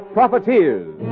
Profiteers